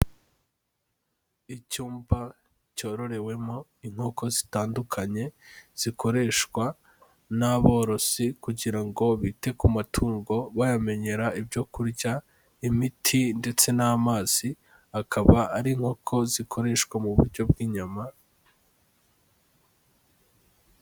Icyumba cyororewemo inkoko zitandukanye, zikoreshwa n'aborozi kugira ngo bite ku matungo, bayamenyera ibyo kurya, imiti ndetse n'amazi, akaba ari inkoko zikoreshwa mu buryo bw'inyama.